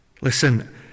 Listen